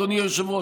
אדוני היושב-ראש,